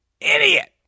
Idiot